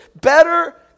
better